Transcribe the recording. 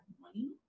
money